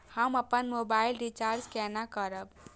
हम अपन mobile recharge केना करब?